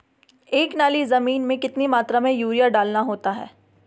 एक नाली जमीन में कितनी मात्रा में यूरिया डालना होता है?